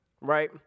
right